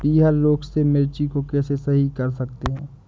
पीहर रोग से मिर्ची को कैसे सही कर सकते हैं?